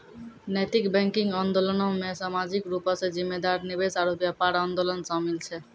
नैतिक बैंकिंग आंदोलनो मे समाजिक रूपो से जिम्मेदार निवेश आरु व्यापार आंदोलन शामिल छै